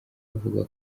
bavuga